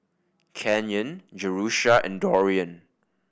Canyon Jerusha and Dorian